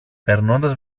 περνώντας